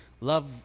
love